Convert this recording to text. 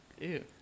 Ew